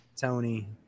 Tony